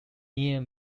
near